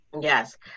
Yes